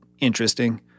interesting